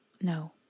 No